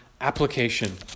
application